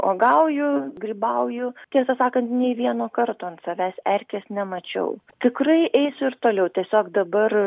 uogauju grybauju tiesą sakant nei vieno karto ant savęs erkės nemačiau tikrai eisiu ir toliau tiesiog dabar